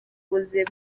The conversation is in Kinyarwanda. ubuzima